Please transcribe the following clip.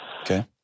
Okay